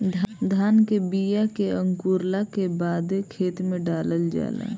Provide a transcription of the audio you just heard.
धान के बिया के अंकुरला के बादे खेत में डालल जाला